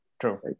True